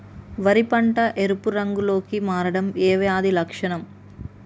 వరి పంట ఎరుపు రంగు లో కి మారడం ఏ వ్యాధి లక్షణం?